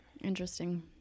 Interesting